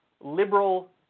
liberal